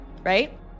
Right